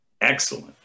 Excellent